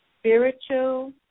spiritual